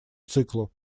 циклу